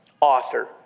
author